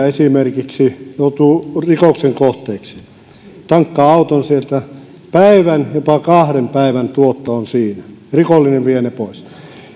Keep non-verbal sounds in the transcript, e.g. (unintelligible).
(unintelligible) esimerkiksi huoltamoyrittäjä joutuu rikoksen kohteeksi rikollinen tankkaa auton sieltä päivän jopa kahden päivän tuotto on siinä rikollinen vie sen pois